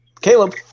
Caleb